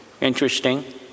interesting